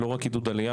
לא רק עידוד עלייה,